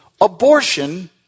abortion